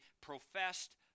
professed